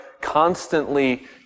constantly